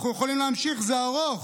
אנחנו יכולים להמשיך, זה ארוך,